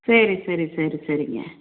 சரி சரி சரி சரிங்க